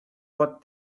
what